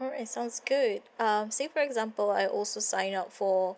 alright sounds good um say for example I also sign up for